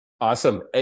Awesome